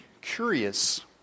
curious